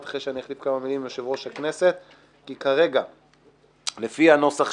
בקשת יושב ראש ועדת הפנים והגנת הסביבה להקדמת הדיון בהצעת